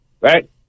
right